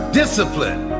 discipline